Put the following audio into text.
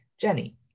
Jenny